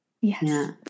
Yes